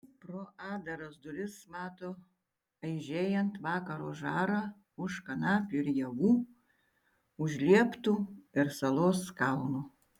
pro atdaras duris mato aižėjant vakaro žarą už kanapių ir javų už lieptų ir salos kalno